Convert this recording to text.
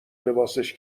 لباسش